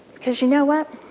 because you know what?